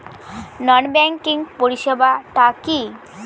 নন banking পরিষেবা টা কি?